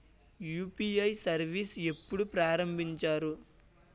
UPI service ఎప్పుడు ప్రారంభించారు?